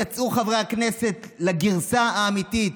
יצאו חברי הכנסת לגרסה האמיתית.